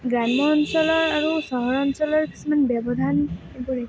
গ্ৰাম্য অঞ্চলৰ আৰু চহৰ অঞ্চলৰ কিছুমান ব্যৱধান এইবোৰেই